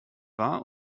war